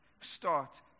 Start